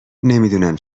نمیدونم